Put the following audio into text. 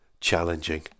challenging